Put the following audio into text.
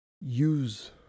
use